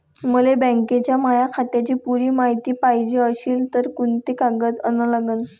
मले बँकेच्या माया खात्याची पुरी मायती पायजे अशील तर कुंते कागद अन लागन?